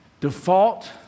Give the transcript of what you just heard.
default